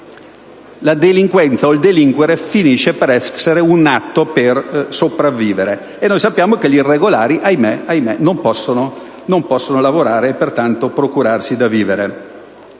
e cena, il delinquere finisce per essere un atto per sopravvivere. E sappiamo che gli irregolari - ahimé! - non possono lavorare e pertanto procurarsi da vivere.